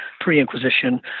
pre-Inquisition